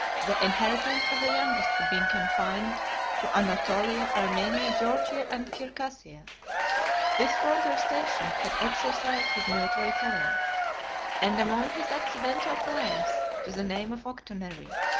the inheritance of the youngest had been confined to anatolia, armenia, georgia, and circassia this frontier station had exercised his military talents and among his accidental claims to the name of octonary,